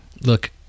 Look